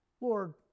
Lord